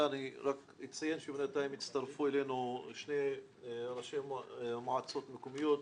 אני רק אציין שבינתיים הצטרפו אלינו שני ראשי מועצות מקומיות,